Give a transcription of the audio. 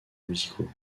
musicaux